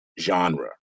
genre